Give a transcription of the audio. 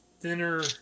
Thinner